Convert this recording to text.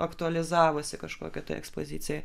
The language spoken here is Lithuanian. aktualizavosi kažkokioj tai ekspozicijoj